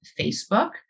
Facebook